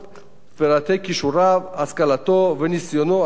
פרטי כישוריו, השכלתו וניסיונו המקצועי.